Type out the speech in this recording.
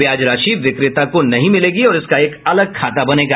ब्याज राशि विक्रेता को नहीं मिलेगी और इसका एक अलग खाता बनेगा